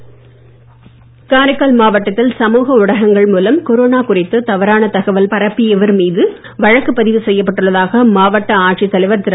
அர்ஜுன் ஷர்மா காரைக்கால் மாவட்டத்தில் சமுக ஊடகங்கள் மூலம் கொரோனா குறித்து தவறான தகவல் பரப்பியவர் மீது வழக்கு பதிவு செய்யப்பட்டுள்ளதாக மாவட்ட ஆட்சித் தலைவர் திரு